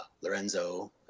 Lorenzo